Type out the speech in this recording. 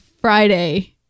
Friday